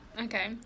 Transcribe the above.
okay